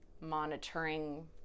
monitoring